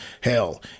hell